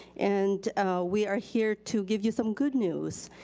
and we are here to give you some good news.